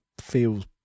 feels